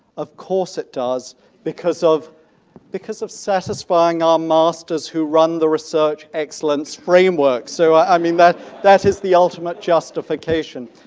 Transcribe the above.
of course it does because of because of satisfying our masters who run the research excellence framework, so i mean that that is the ultimate justification.